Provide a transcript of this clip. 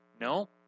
No